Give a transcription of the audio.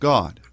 God